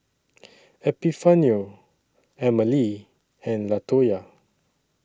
Epifanio Emmalee and Latoya